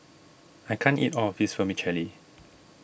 I can't eat all of this Vermicelli